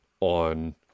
on